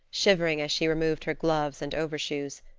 shivering as she removed her gloves and overshoes.